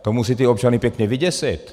To musí ty občany pěkně vyděsit.